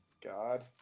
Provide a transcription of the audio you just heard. god